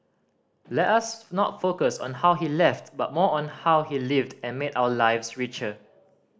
let us not focus on how he left but more on how he lived and made our lives richer